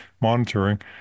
monitoring